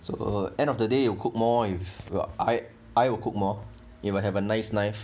so end of the day you cook more if I I will cook more will have a nice knife